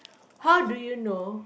how do you know